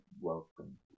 welcome